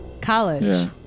College